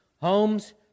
Homes